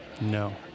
No